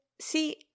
see